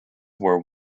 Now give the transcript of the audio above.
were